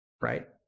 Right